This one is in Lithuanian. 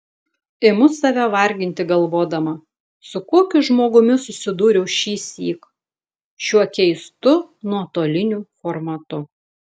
imu save varginti galvodama su kokiu žmogumi susidūriau šįsyk šiuo keistu nuotoliniu formatu